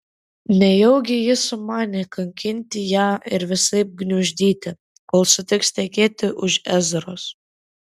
nejaugi jis sumanė kankinti ją ir visaip gniuždyti kol sutiks tekėti už ezros